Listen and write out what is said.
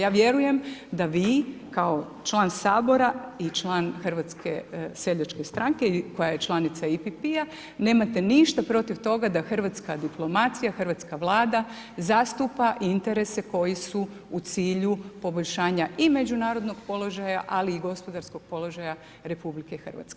Ja vjerujem da vi kao član Sabora i član HSS-a koja je članica EPP-a, nemate ništa protiv toga hrvatska diplomacija, hrvatska Vlada, zastupa interese koji su u cilju poboljšanja i međunarodnog položaja ali i gospodarskog položaja RH.